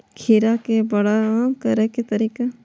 खीरा के बड़ा करे के तरीका?